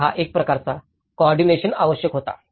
तर हा एक प्रकारचा कोऑर्डिनेशन आवश्यक होता